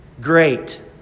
great